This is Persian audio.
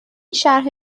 شرح